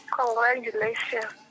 Congratulations